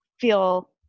feel